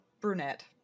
brunette